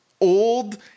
old